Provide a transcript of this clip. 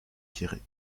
quéré